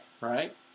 Right